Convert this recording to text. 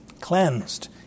cleansed